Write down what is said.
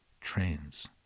Trains